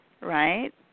right